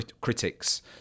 critics